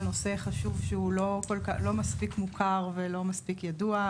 על נושא חשוב שהוא לא מספיק מוכר ולא מספיק ידוע.